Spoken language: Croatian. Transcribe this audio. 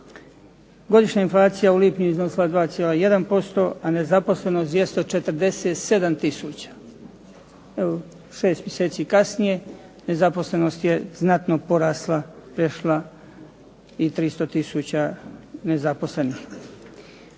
Godišnja inflacija u lipnju iznosila je 2,1% a nezaposlenost 247 tisuća. Evo, šest mjeseci kasnije nezaposlenost je znatno porasla, prešla i 300 tisuća nezaposlenih.